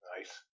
Nice